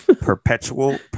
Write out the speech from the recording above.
perpetual